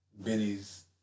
Benny's